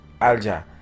alja